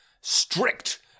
strict